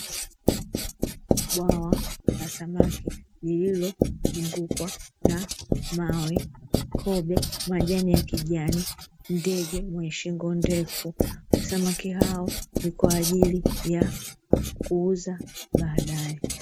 Bwawa la samaki lililozungukwa na mawe, kobe, majani ya kijani, ndege mwenye shingo ndefu, samaki hao ni kwa ajili ya kuuza baadae.